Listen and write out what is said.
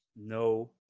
no